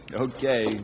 Okay